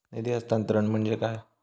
निधी हस्तांतरण म्हणजे काय?